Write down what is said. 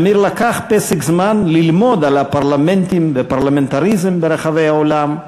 שמיר לקח פסק זמן ללמוד על הפרלמנטים והפרלמנטריזם ברחבי העולם,